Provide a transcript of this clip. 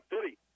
City